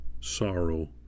sorrow